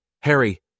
Harry